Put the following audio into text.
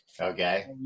Okay